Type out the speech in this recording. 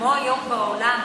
כמו היום בעולם,